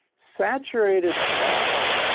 saturated fats,